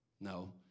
No